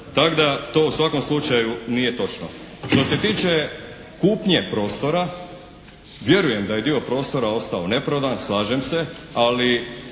Tako da to u svakom slučaju nije točno. Što se tiče kupnje prostora, vjerujem da je dio prostora ostao neprodan, slažem se, ali